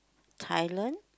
Thailand